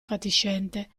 fatiscente